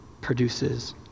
produces